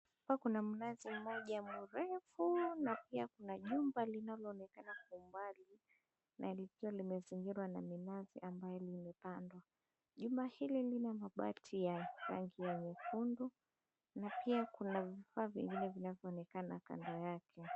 Hapa kuna mnazi mmoja mrefu na pia kuna jumba linaloonekana kwa umbali na likiwa limezingirwa na minazi ambayo imepadwa. Jumba hili lina mabati ya rangi ya nyekundu na pia kuna vifaa vingine vinavyoonekana kando yake.